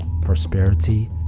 prosperity